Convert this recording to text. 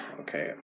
Okay